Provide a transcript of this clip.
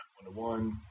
one-to-one